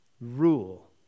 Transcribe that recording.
Rule